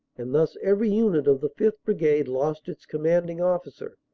and thus every unit of the fifth. brigade lost its commanding officer,